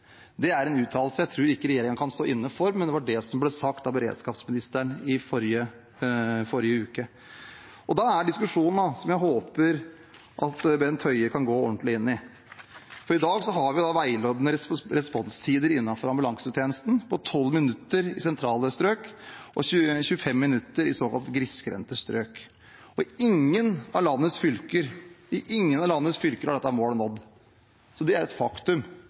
Det er en uttalelse jeg ikke tror regjeringen kan stå inne for, men det var det som ble sagt av beredskapsministeren i forrige uke. Så til diskusjonen som jeg håper at Bent Høie kan gå ordentlig inn i. I dag har vi veiledende responstider innenfor ambulansetjenesten på 12 minutter i sentrale strøk og 25 minutter i såkalt grisgrendte strøk, og i ingen av landets fylker er dette målet nådd. Det er et faktum,